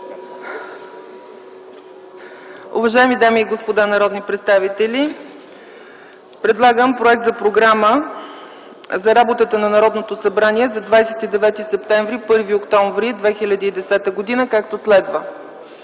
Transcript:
Уважаеми дами и господа народни представители, предлагам проект за Програма за работата на Народното събрание за 29 септември – 1 октомври 2010 г., както следва: